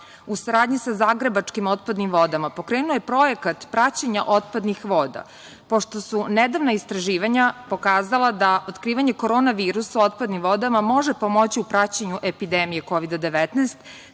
u saradnji sa zagrebačkim otpadnim vodama pokrenulo je projekat praćenja otpadnih voda, pošto su nedavna istraživanja pokazala da otkrivanje korona virusa otpadnim vodama može pomoći u praćenju epidemije Kovida 19,